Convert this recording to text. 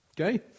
okay